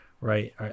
Right